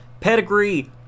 pedigree